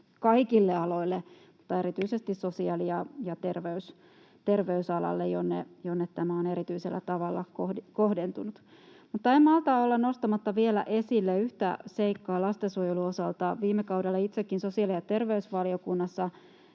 kaikille aloille mutta erityisesti sosiaali- ja terveysalalle, jonne tämä on erityisellä tavalla kohdentunut. En malta olla nostamatta vielä esille yhtä seikkaa lastensuojelun osalta. Viime kaudella itsekin sain sosiaali- ja terveysvaliokunnassa